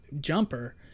jumper